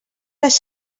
les